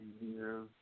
years